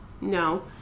no